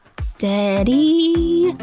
steady,